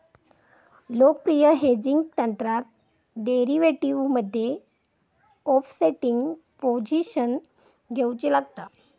लोकप्रिय हेजिंग तंत्रात डेरीवेटीवमध्ये ओफसेटिंग पोझिशन घेउची लागता